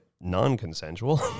non-consensual